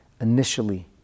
initially